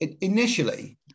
Initially